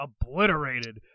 obliterated